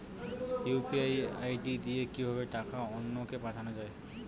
UPI ID দিয়ে কিভাবে টাকা অন্য কে পাঠানো যায়?